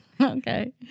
Okay